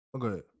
okay